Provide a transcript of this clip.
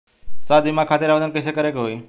स्वास्थ्य बीमा खातिर आवेदन कइसे करे के होई?